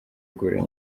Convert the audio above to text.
guhura